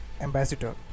ambassador